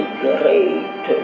great